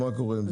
מה קורה עם זה?